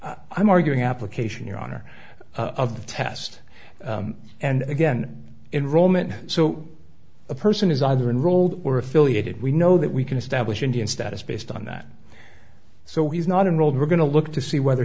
i'm arguing application your honor of the test and again in roman so a person is either unrolled or affiliated we know that we can establish indian status based on that so he's not an old we're going to look to see whether